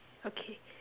okay